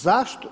Zašto?